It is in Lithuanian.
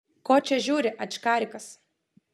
ko čia žiūri ačkarikas